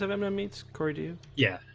have ever done meats corey do you yeah.